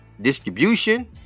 distribution